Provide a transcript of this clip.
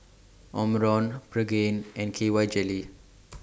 Omron Pregain and K Y Jelly